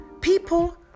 people